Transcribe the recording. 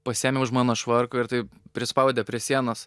pasiėmė už mano švarko ir taip prispaudė prie sienos